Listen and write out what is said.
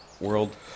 world